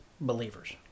believers